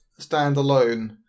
standalone